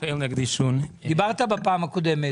דיברת בפעם הקודמת.